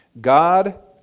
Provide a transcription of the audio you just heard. God